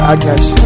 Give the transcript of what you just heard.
Agnes